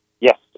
Yes